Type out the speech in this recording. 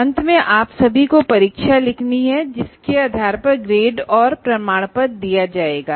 अंत में आप सभीको परीक्षा लिखनी है जिसके आधार पर ग्रेड और प्रमाण पत्र दिया जायेगा